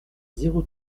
zéro